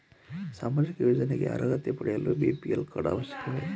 ಸಾಮಾಜಿಕ ಯೋಜನೆಗೆ ಅರ್ಹತೆ ಪಡೆಯಲು ಬಿ.ಪಿ.ಎಲ್ ಕಾರ್ಡ್ ಅವಶ್ಯಕವೇ?